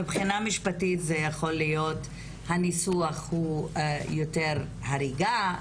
מבחינה משפטית הניסוח הוא יותר הריגה,